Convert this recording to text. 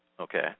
Okay